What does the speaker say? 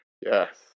yes